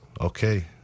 Okay